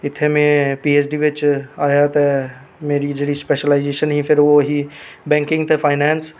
इत्थै में P H D बिच आया ते जेह्ड़ी स्पैशलाईज़ेशन ही ओह् बैंकिंग ते फाईनान्स